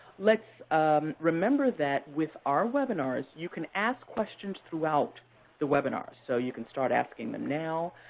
let's remember that with our webinars, you can ask questions throughout the webinar, so you can start asking them now.